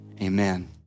amen